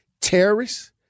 terrorists